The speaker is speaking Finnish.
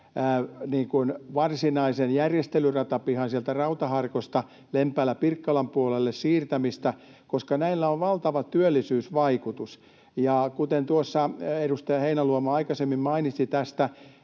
varsinaisen järjestelyratapihan siirtämistä sieltä Rautaharkosta Lempäälän—Pirkkalan puolelle, koska näillä on valtava työllisyysvaikutus. Kuten tuossa edustaja Heinäluoma aikaisemmin mainitsi,